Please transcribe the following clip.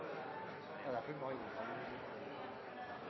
Så er det